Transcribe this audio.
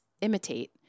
imitate